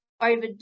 over